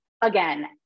again